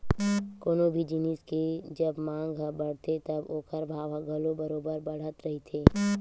कोनो भी जिनिस के जब मांग ह बड़थे तब ओखर भाव ह घलो बरोबर बड़त रहिथे